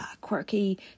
quirky